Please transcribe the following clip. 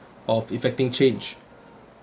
of effecting change